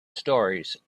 stories